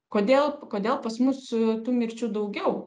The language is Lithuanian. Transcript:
kodėl kodėl pas mus tų mirčių daugiau